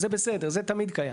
זה בסדר, זה תמיד קיים.